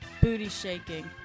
booty-shaking